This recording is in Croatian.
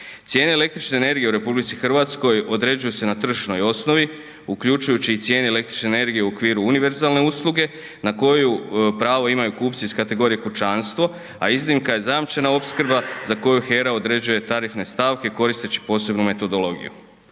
Cijene električne energije u RH određuje se na tržišnoj osnovi, uključujući i cijene električne energije u okviru univerzalne usluge, na koju pravo imaju kupci iz kategorije kućanstvo, a iznimka je zajamčena opskrba, za koju HERA određuje tarifne stavke koristeći posebnu metodologiju.